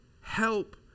Help